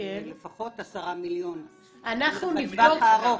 זה לפחות 10 מיליון לטווח הארוך.